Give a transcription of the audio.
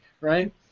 right